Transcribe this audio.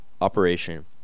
operation